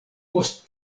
post